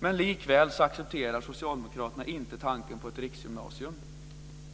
Likväl accepterar inte socialdemokraterna tanken på ett riksgymnasium.